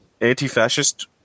anti-fascist